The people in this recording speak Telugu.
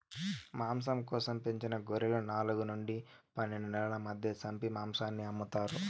మాంసం కోసం పెంచిన గొర్రెలను నాలుగు నుండి పన్నెండు నెలల మధ్య సంపి మాంసాన్ని అమ్ముతారు